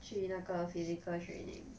去那个 physical training